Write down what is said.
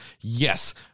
yes